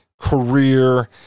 career